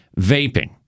vaping